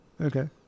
okay